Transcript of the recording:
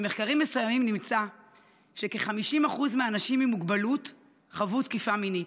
במחקרים מסוימים נמצא שכ-50% מהנשים עם מוגבלות חוו תקיפה מינית.